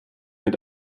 mit